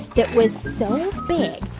it was so big,